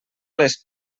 les